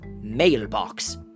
mailbox